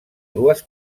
dues